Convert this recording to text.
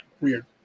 weird